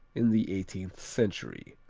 in the eighteenth century